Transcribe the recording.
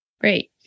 Great